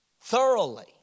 thoroughly